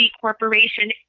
Corporation –